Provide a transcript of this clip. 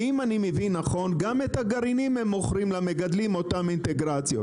כי אם אני מבין נכון גם את הגרעינים אותם אינטגרציות מוכרים למגדלים.